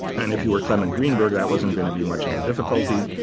and if you were clement greenberg, that wasn't going to be much of a difficulty,